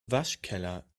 waschkeller